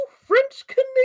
French-Canadian